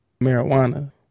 marijuana